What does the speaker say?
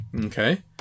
okay